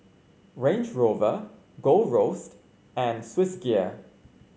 Range Rover Gold Roast and Swissgear